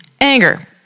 Anger